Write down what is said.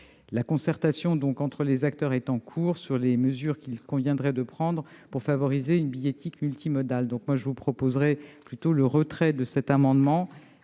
La concertation entre les acteurs est en cours sur les mesures qu'il conviendrait de prendre pour favoriser une billettique multimodale. Je sollicite le retrait de ces amendements.